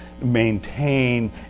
maintain